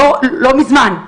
לא מזמן,